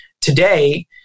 today